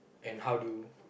and how do you